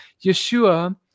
Yeshua